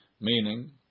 Meaning